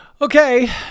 Okay